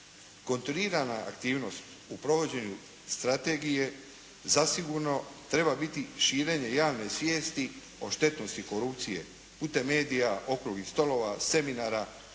Kontinuirana aktivnost u provođenju strategije zasigurno treba biti širenje javne svijesti o štetnosti korupcije putem medija, okruglih stolova, seminara,